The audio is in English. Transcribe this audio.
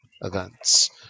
events